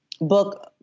book